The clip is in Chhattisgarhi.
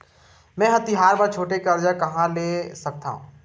मेंहा तिहार बर छोटे कर्जा कहाँ ले सकथव?